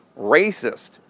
racist